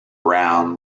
brown